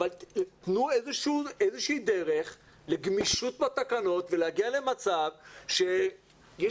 תנו איזושהי דרך לגמישות בתקנות ולהגיע למצב שיש